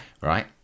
Right